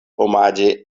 omaĝe